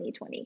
2020